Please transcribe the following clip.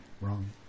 wrong